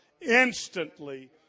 instantly